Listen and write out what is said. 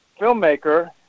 filmmaker